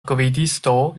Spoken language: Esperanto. gvidisto